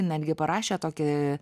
netgi parašė tokį